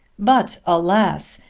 but alas,